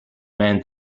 man